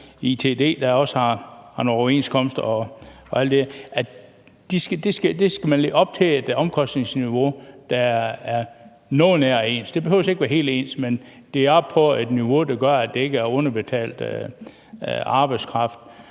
ITD, som har nogle overenskomster, og alt det. Man skal leve op til et omkostningsniveau, der er noget nær ens. Det behøver ikke være helt ens, men det skal op på et niveau, der gør, at det ikke er underbetalt arbejdskraft.